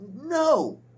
No